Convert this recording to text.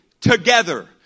together